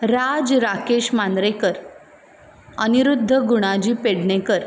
Raj Rakesh Mandrekar Aniruddha Gunaji Pednekar